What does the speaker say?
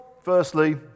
firstly